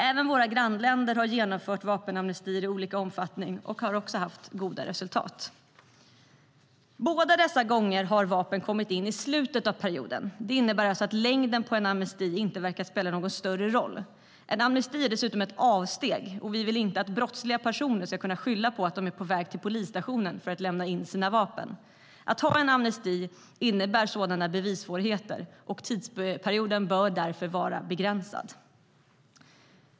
Även våra grannländer har genomfört vapenamnestier i olika omfattning och har också haft goda resultat. Båda dessa gånger har vapen kommit in i slutet av perioden. Det innebär alltså att längden på amnestin inte verkar spela någon större roll. En amnesti är dessutom ett avsteg. Vi vill inte att brottsliga personer ska kunna skylla på att de är på väg till polisstationen för att lämna in sina vapen. Att ha en amnesti innebär sådana bevissvårigheter. Tidsperioden bör därför vara begränsad.